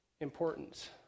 Importance